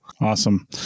Awesome